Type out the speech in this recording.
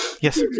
Yes